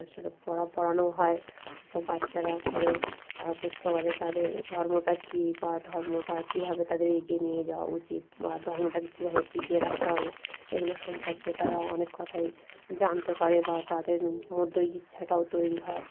সেটা পড়া পড়ানোও হয় সেসব বাচ্চারা পড়েও তারা বুঝতে পারে তাদের ধর্মটা কী বা ধর্মটা কীভাবে তাদের এগিয়ে নিয়ে যাওয়া উচিত বা ধর্মটাকে কীভাবে টিকিয়ে রাখতে হবে এগুলো সম্পর্কে তারা অনেক কথাই জানতে পারে বা তাদের মধ্যে ওই ইচ্ছাটাও তৈরি হয়